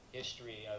history